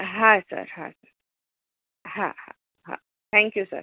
હા સર હા હા હા થેન્ક યુ સર